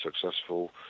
successful